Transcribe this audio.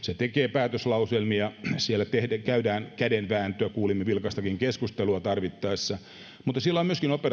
päätöslauselmia siellä käydään kädenvääntöä kuulimme että vilkastakin keskustelua tarvittaessa mutta sillä